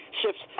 Shifts